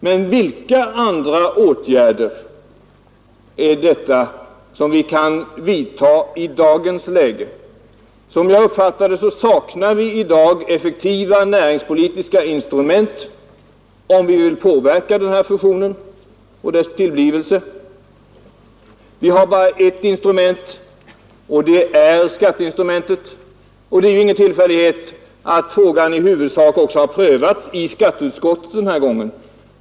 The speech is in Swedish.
Men vilka andra åtgärder kan vi vidta i dagens läge? Som jag uppfattar det, saknar vi i dag effektiva näringspolitiska instrument, om vi vill påverka denna fusion och dess tillblivelse. Vi har bara ett instrument, nämligen skatteinstrumentet. Det är ingen tillfällighet att frågan i huvudsak har prövats i skatteutskottet denna gång.